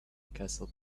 castle